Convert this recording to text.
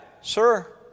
Sir